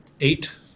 eight